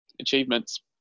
achievements